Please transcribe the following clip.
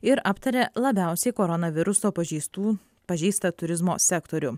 ir aptarė labiausiai koronaviruso pažeistų pažeistą turizmo sektorių